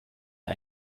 der